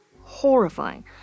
horrifying